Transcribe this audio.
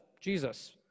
Jesus